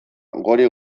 gori